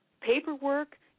paperwork